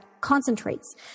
concentrates